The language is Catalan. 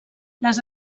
les